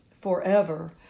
forever